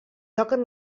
toquen